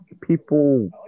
people